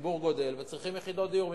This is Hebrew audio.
הציבור גדל וצריך יחידות דיור.